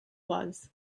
was